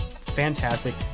fantastic